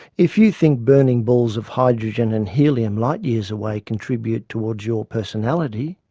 if you think burning balls of hydrogen and helium light years away contribute towards your personality,